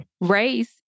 race